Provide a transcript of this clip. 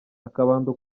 akabando